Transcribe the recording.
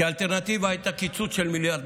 כי האלטרנטיבה הייתה קיצוץ של מיליארד,